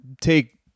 take